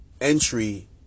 entry